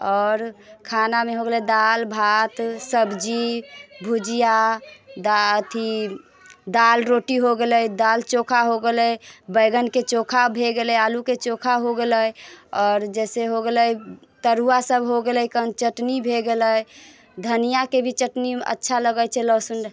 आओर खानामे हो गेलै दालि भात सब्जी भुजिआ दा अथि दालि रोटी हो गेलै दालि चोखा हो गेलै बैगनके चोखा भए गेलै आलूके चोखा हो गेलै आओर जइसे हो गेलै तरुआ सभ हो गेलै कनि चटनी भए गेलै धनिआके भी चटनी अच्छा लगैत छै लहसुन